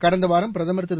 கடந்த வாரம் பிரதமர் திரு